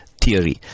theory